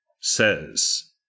says